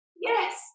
yes